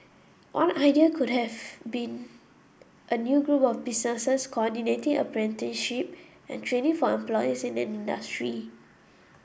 one idea could have been a new group of businesses coordinating apprenticeship and training for employers in an industry